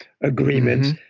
agreements